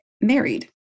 married